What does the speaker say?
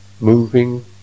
moving